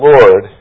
Lord